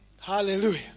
Hallelujah